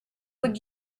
would